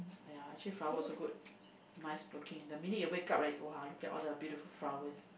!aiya! actually flower also good nice looking the minute you wake up like !wah! look at all the beautiful flowers